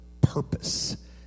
purpose